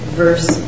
verse